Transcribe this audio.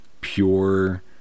pure